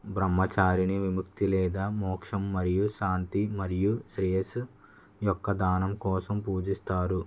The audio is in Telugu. బ్రహ్మచారిని విముక్తి లేదా మోక్షం మరియు శాంతి మరియు శ్రేయస్సు యొక్క దానం కోసం పూజిస్తారు